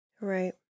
Right